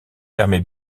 permet